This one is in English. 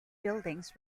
buildings